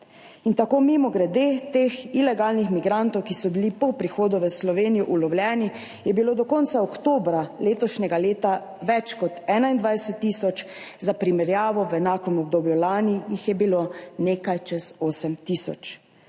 tako mimogrede, teh ilegalnih migrantov, ki so bili ulovljeni po prihodu v Slovenijo, je bilo do konca oktobra letošnjega leta več kot 21 tisoč. Za primerjavo, v enakem obdobju lani jih je bilo nekaj čez 8 tisoč.